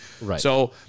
Right